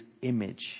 image